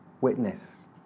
witness